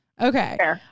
Okay